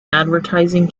advertising